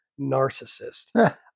narcissist